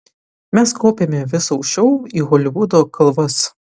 mes kopėme vis aukščiau į holivudo kalvas